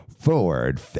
ford